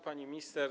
Pani Minister!